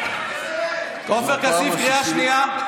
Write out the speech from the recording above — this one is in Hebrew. עופר כסיף, קריאה שנייה.